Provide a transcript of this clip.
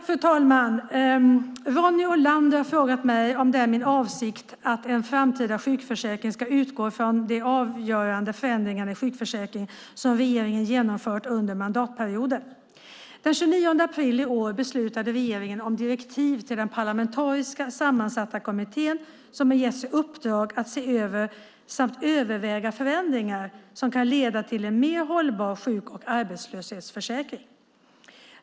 Fru talman! Ronny Olander har frågat mig om det är min avsikt att en framtida sjukförsäkring ska utgå från de avgörande förändringar i sjukförsäkringen som regeringen genomfört under mandatperioden. Den 29 april i år beslutade regeringen om direktiv till den parlamentariskt sammansatta kommittén som har getts i uppdrag att se över samt överväga förändringar som kan leda till en mer hållbar sjuk och arbetslöshetsförsäkring.